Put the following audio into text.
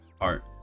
art